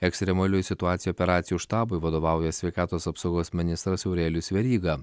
ekstremaliųjų situacijų operacijų štabui vadovauja sveikatos apsaugos ministras aurelijus veryga